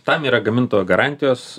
tam yra gamintojo garantijos